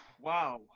wow